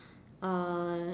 uh